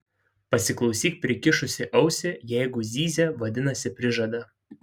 pasiklausyk prikišusi ausį jeigu zyzia vadinasi prižada